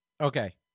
okay